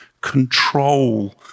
control